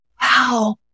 wow